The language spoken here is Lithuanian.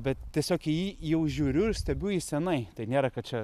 bet tiesiog į jį jau žiūriu ir stebiu jį senai tai nėra kad čia